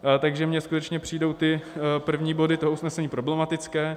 Tak že mě skutečně přijdou ty první body, to usnesení problematické.